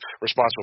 responsible